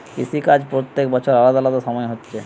কৃষি কাজ প্রত্যেক বছর আলাদা আলাদা সময় হচ্ছে